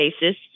basis